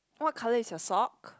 what colour is your sock